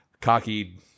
cocky